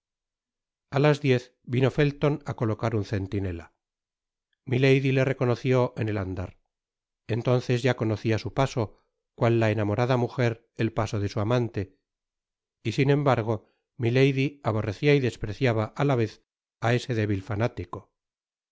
a las diez vino felton á colocar un centinela milady le reconoció en el andar entonces ya conocia su paso cual la enamorada mujer el paso de su amante y sin embargo milady aborrecia y despreciaba á la vez á ese débil fanático